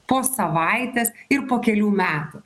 po savaitės ir po kelių metų